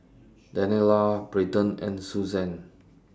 Daniela Braedon and Suzan